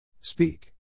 Speak